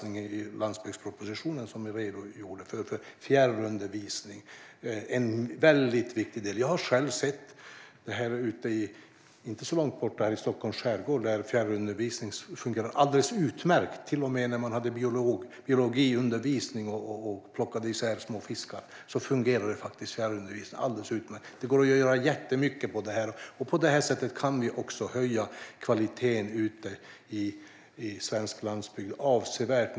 I landsbygdspropositionen finns en satsning på fjärrundervisning, som jag redogjorde för. Det är en viktig del. Jag har själv sett fjärrundervisning i Stockholms skärgård. Det fungerade utmärkt, till och med när de hade biologiundervisning och plockade isär småfiskar. Det går att göra jättemycket på detta område och på detta sätt avsevärt höja kvaliteten på undervisningen på landsbygden.